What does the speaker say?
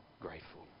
grateful